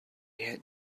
had